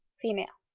female.